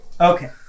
Okay